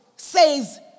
says